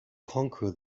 conquer